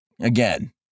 again